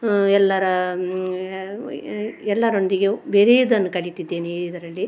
ಎಲ್ಲರ ಎಲ್ಲರೊಂದಿಗೆ ಬೆರೆಯುವುದನ್ನು ಕಲಿತಿದ್ದೇನೆ ಇದರಲ್ಲಿ